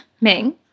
Ming